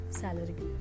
salary